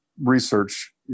research